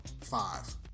five